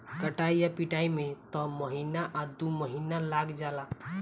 कटाई आ पिटाई में त महीना आ दु महीना लाग जाला